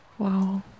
Wow